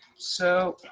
so.